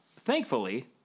thankfully